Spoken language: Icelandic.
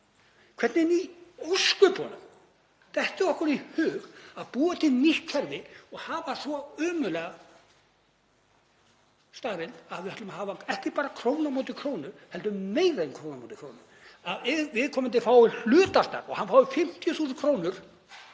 Hvernig í ósköpunum dettur okkur í hug að búa til nýtt kerfi og hafa svo ömurlega staðreynd að við ætlum að hafa ekki bara krónu á móti krónu heldur meira en krónu á móti krónu? Að ef viðkomandi fái hlutastarf og fái 50.000 kr.